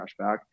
cashback